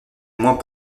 moins